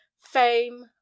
Fame